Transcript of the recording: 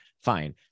Fine